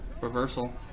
reversal